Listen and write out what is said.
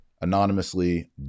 anonymously